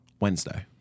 Wednesday